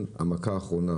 על פרשת בא: בין המכה האחרונה,